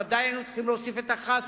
ודאי היינו צריכים להוסיף את החסה,